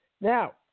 Now